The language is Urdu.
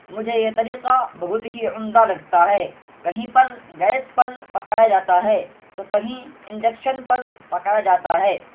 مجھے یہ طریقہ بہت ہی عمدہ لگتا ہے کہیں پر گیس پر پکایا جاتا ہے تو کہیں انڈکشن پر پکایا جاتا ہے